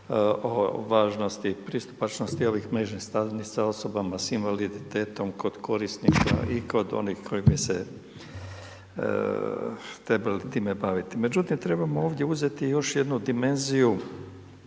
oko važnosti i pristupačnosti ovih mrežnih stranica osobama sa invaliditetom kod korisnika i kod onih koji bise trebali time baviti. Međutim, trebamo ovdje uzeti još jednu dimenziju